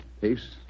case